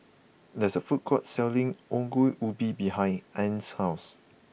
there is a food court selling Ongol Ubi behind Ann's house